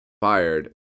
fired